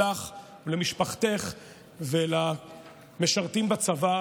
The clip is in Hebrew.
אותך ואת משפחתך ואת המשרתים בצבא,